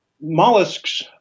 mollusks